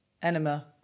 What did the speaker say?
Enema